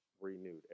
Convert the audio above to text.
renewed